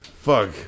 Fuck